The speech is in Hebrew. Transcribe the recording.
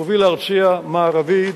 המוביל הארצי המערבי.